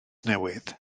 newydd